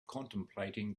contemplating